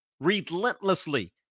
relentlessly